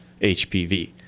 HPV